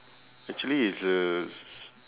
actually it's the